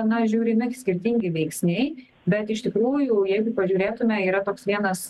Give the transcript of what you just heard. na žiūrimi skirtingi veiksniai bet iš tikrųjų jeigu pažiūrėtume yra toks vienas